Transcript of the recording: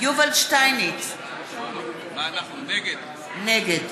יובל שטייניץ, נגד